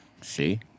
See